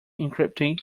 encrypting